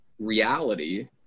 reality